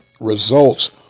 results